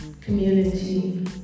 community